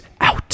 out